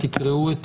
תקראו את